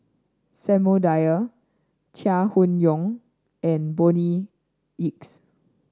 Samuel Dyer Chai Hon Yoong and Bonny Hicks